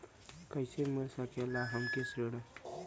कइसे मिल सकेला हमके ऋण?